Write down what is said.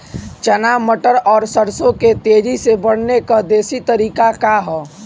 चना मटर और सरसों के तेजी से बढ़ने क देशी तरीका का ह?